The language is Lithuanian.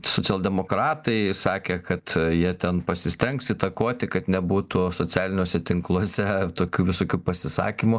socialdemokratai sakė kad jie ten pasistengs įtakoti kad nebūtų socialiniuose tinkluose tokių visokių pasisakymų